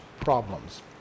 problems